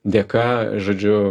dėka žodžiu